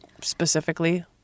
specifically